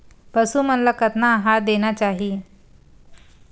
पशु मन ला कतना आहार देना चाही?